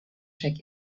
check